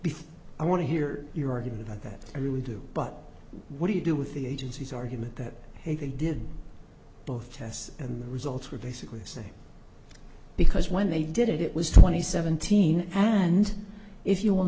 beef i want to hear your argument about that i really do but what do you do with the agencies argument that they did both tests and the results were basically say because when they did it it was twenty seventeen and if you will